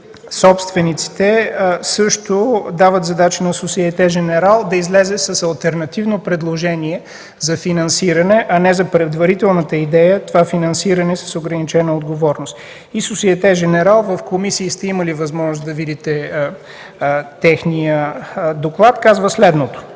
собствениците също дават задача на „Сосиете женерал” да излезе с алтернативно предложение за финансиране, а не за предварителната идея това финансиране с ограничена отговорност. И „Сосиете женерал” – в комисии сте имали възможност да видите техния доклад – казва следното: